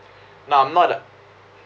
no I'm not a